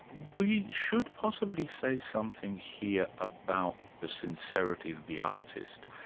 we should possibly say something here about the sincerity of the artist.